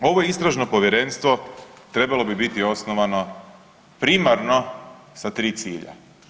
Ovo Istražno povjerenstvo trebalo bi biti osnovano primarno sa tri cilja.